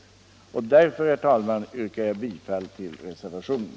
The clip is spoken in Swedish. Därför, herr talman, yrkar jag bifall till reservationen.